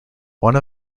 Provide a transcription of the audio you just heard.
one